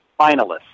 finalists